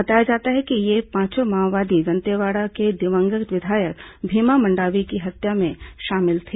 बताया जाता है कि ये पांचों माओवादी दंतेवाड़ा के दिवंगत विधायक भीमा मंडावी की हत्या में शामिल थे